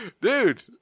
dude